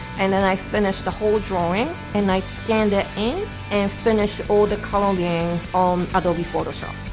and then i finish the whole drawing and i scanned it in and finish all the coloring on adobe photoshop.